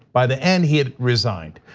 by the end he had resigned.